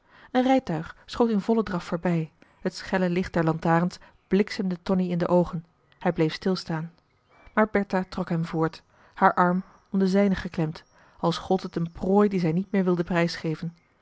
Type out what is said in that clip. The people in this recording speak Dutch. een rijtuig schoot in vollen draf voorbij het schelle licht der lantarens bliksemde tonie in de oogen hij bleef marcellus emants een drietal novellen stilstaan maar bertha trok hem voort haar arm om den zijne geklemd als gold het een prooi die zij niet meer wilde